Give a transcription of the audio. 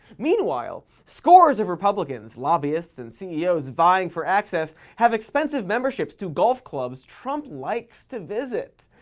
meanwhile, scores of republicans, lobbyists, and ceos vying for access have expensive memberships to golf clubs trump likes to visit,